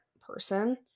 person